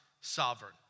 sovereign